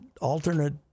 alternate